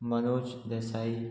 Manoj Desai